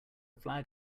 flag